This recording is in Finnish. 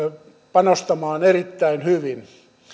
panostamaan erittäin hyvin